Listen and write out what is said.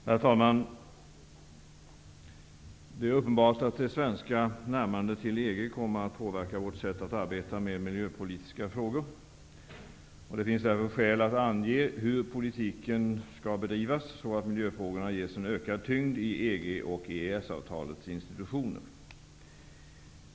Herr talman! Det är uppenbart att det svenska närmandet till EG kommer att påverka vårt sätt att arbeta med miljöpolitiska frågor. Det finns därför skäl att ange hur politiken skall bedrivas så att miljöfrågorna ges en ökad tyngd i EG och EES avtalets institutioner.